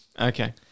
Okay